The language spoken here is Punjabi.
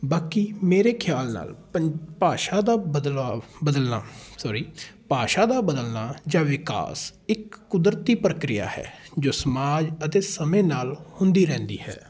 ਬਾਕੀ ਮੇਰੇ ਖਿਆਲ ਨਾਲ ਪਨ ਭਾਸ਼ਾ ਦਾ ਬਦਲਾਅ ਬਦਲਣਾ ਸੋਰੀ ਭਾਸ਼ਾ ਦਾ ਬਦਲਣਾ ਜਾਂ ਵਿਕਾਸ ਇੱਕ ਕੁਦਰਤੀ ਪ੍ਰਕਿਰਿਆ ਹੈ ਜੋ ਸਮਾਜ ਅਤੇ ਸਮੇਂ ਨਾਲ ਹੁੰਦੀ ਰਹਿੰਦੀ ਹੈ